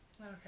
Okay